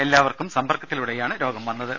എല്ലാവർക്കും സമ്പർക്കത്തിലൂടെയാണ് രോഗം വന്നത്